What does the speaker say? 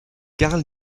carl